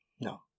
no